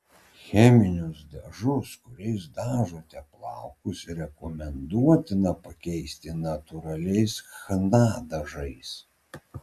cheminius dažus kuriais dažote plaukus rekomenduotina pakeisti natūraliais chna dažais